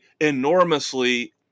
enormously